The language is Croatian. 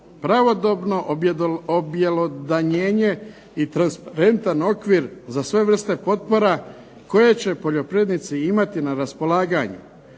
pravodobno objelodanjenje i transparentan okvir za sve vrste potpora koje će poljoprivrednici imati na raspolaganju,